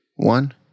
One